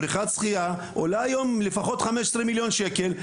בריכת שחייה עולה היום לפחות 15 מיליון שקל,